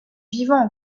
vivant